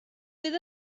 fydd